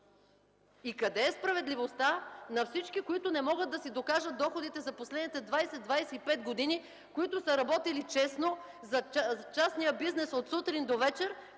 Къде е справедливостта за всички, които не могат да си докажат доходите за последните 20-25 години, които са работили честно в частния бизнес от сутрин до вечер,